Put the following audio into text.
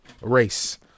Race